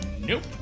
Nope